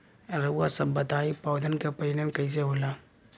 रउआ सभ बताई पौधन क प्रजनन कईसे होला?